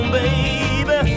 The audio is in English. baby